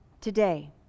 today